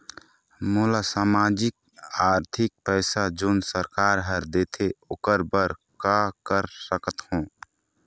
मोला सामाजिक आरथिक पैसा जोन सरकार हर देथे ओकर बर का कर सकत हो?